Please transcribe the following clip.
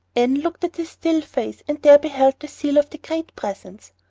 anne looked at the still face and there beheld the seal of the great presence.